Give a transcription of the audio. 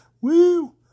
Woo